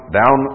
down